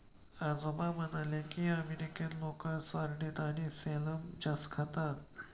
आजोबा म्हणाले की, अमेरिकन लोक सार्डिन आणि सॅल्मन जास्त खातात